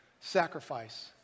sacrifice